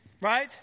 right